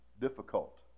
difficult